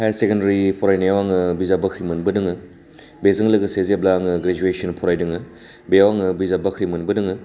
higher secondary फरायनायाव आङो बिजाब बाख्रि मोनबोदों बेजों लोगोसे जेब्ला आङो ग्रेजुवेस'न फरायदों बेयाव आङो बिजाब बाख्रि मोनबोदों